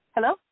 Hello